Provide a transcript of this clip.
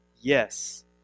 yes